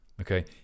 Okay